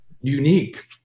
unique